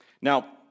Now